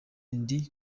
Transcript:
ndi